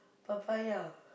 papaya